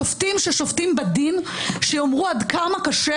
שופטים ששופטים בדין שיאמרו עד כמה קשה